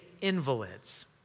invalids